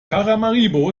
paramaribo